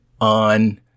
on